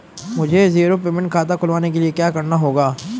मुझे zero payment खाता खुलवाने के लिए क्या करना होगा?